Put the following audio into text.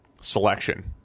selection